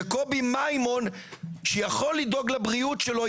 שקובי מימון שיכול לדאוג לבריאות שלו,